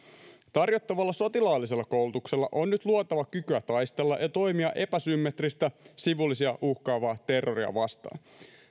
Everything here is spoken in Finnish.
tarjottavalla sotilaallisella koulutuksella on nyt luotava kykyä taistella ja toimia epäsymmetristä sivullisia uhkaavaa terroria vastaan